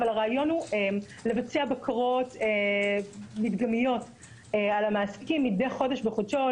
אבל הרעיון הוא לבצע בקרות מדגמיות על המעסיקים מדי חודש בחודשו,